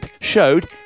showed